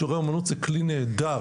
שיעורי אומנות זה כלי נהדר,